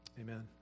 amen